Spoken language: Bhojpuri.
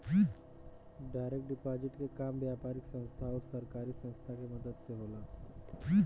डायरेक्ट डिपॉजिट के काम व्यापारिक संस्था आउर सरकारी संस्था के मदद से होला